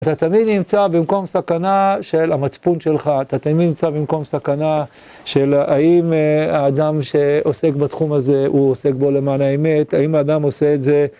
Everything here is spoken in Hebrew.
אתה תמיד נמצא במקום סכנה של המצפון שלך, אתה תמיד נמצא במקום סכנה של האם האדם שעוסק בתחום הזה, הוא עוסק בו למען האמת, האם האדם עושה את זה.